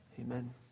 Amen